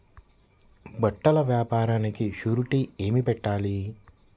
బట్టల వ్యాపారానికి షూరిటీ ఏమి పెట్టాలి?